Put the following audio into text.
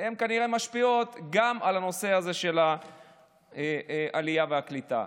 כנראה משפיעות גם על הנושא הזה של העלייה והקליטה,